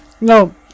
no